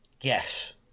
Yes